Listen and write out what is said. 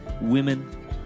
women